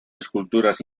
esculturas